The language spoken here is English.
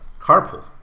Carpool